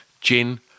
Gin